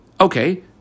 Okay